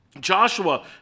Joshua